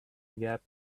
gap